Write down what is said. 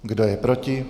Kdo je proti?